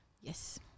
Yes